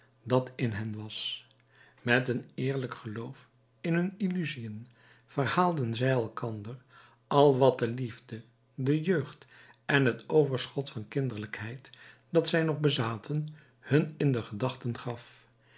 dat in hen was met een eerlijk geloof in hun illusiën verhaalden zij elkander al wat de liefde de jeugd en het overschot van kinderlijkheid dat zij nog bezaten hun in de gedachten gaf